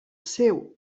seu